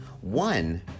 One